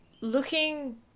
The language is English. Looking